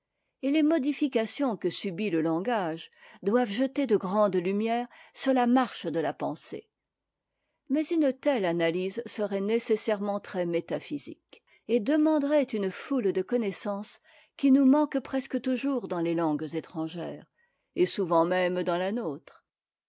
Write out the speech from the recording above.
et les modifications que subit le langage doivent jeter de grandes lumières sur là marche de la pensée mais une telle analyse serait nécessairement trèsmétaphysique et demanderait une foule de connaissances qui nous manquent presque toujours dans les langues étrangères et souvent même dans la notre